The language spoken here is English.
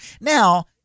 Now